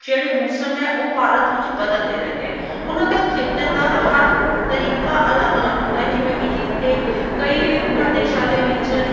ਜਿਹੜੇ ਮੌਸਮ ਆ ਉਹ ਭਾਰਤ ਵਿੱਚ ਬਦਲਦੇ ਰਹਿੰਦੇ ਉਹਨਾਂ ਦਾ ਖੇਤਰ ਦਾ ਹਰ ਤਰੀਕਾ ਅਲੱਗ ਅਲੱਗ ਹੁੰਦਾ ਹੈ ਜਿਵੇਂ ਕਿ ਜਿਹਤੇ ਕਈ ਪ੍ਰਦੇਸ਼ਾਂ ਦੇ ਵਿੱਚ